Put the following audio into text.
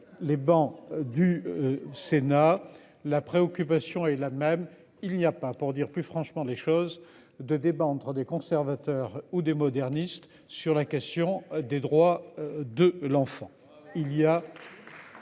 les bancs du. Sénat, la préoccupation est la même, il n'y a pas pour dire plus franchement des choses de débat entre des conservateurs ou des modernistes sur la question des droits de l'enfant. Il y a.--